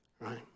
right